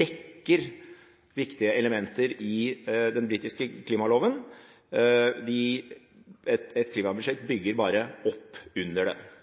dekker viktige elementer i den britiske klimaloven. Et klimabudsjett bygger bare opp under det.